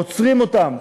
עוצרים אותם,